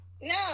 No